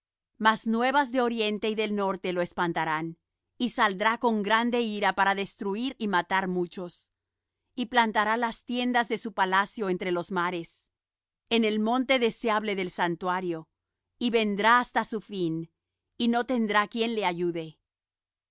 mas nuevas de oriente y del norte lo espantarán y saldrá con grande ira para destruir y matar muchos y plantará la tiendas de su palacio entre los mares en el monte deseable del santuario y vendrá hasta su fin y no tendrá quien le ayude